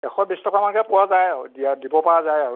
এশ বিছ টকা মানকে পোৱা যায় আৰু দিয়া দিব পৰা যায় আৰু